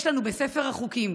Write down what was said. יש לנו בספר החוקים,